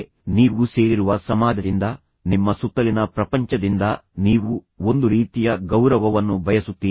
ಆದರೆ ನೀವು ಸೇರಿರುವ ಸಮಾಜದಿಂದ ನಿಮ್ಮ ಸುತ್ತಲಿನ ಪ್ರಪಂಚದಿಂದ ನೀವು ಒಂದು ರೀತಿಯ ಗೌರವವನ್ನು ಬಯಸುತ್ತೀರಿ